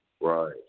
Right